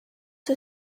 her